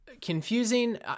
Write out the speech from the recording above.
confusing